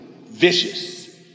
vicious